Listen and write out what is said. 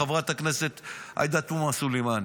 חברת הכנסת עאידה תומא סלימאן.